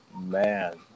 man